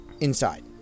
inside